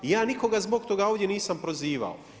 I ja nikoga zbog toga ovdje nisam prozivao.